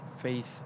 faith